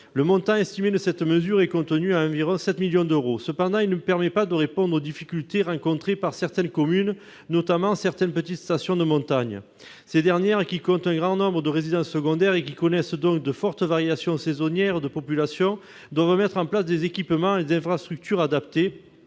Le montant estimé de cette mesure est contenu à environ 7 millions d'euros. Toutefois, ce dispositif ne permet pas de répondre aux difficultés rencontrées par certaines communes, notamment certaines petites stations de montagne. Ces dernières, qui comptent un grand nombre de résidences secondaires et qui connaissent donc de fortes variations saisonnières de population, doivent mettre en place des équipements et des infrastructures adaptés